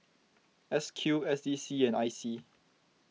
S Q S D C and I C